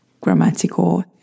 grammatical